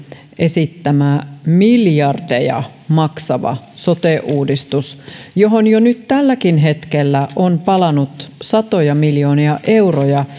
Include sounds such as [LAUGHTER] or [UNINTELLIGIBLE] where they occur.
esittämä miljardeja maksava sote uudistus johon jo nyt tälläkin hetkellä on palanut satoja miljoonia euroja [UNINTELLIGIBLE]